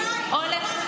בסך הכול דחייה של חודשיים.